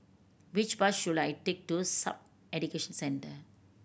which bus should I take to SAF Education Centre